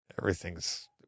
everything's